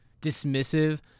dismissive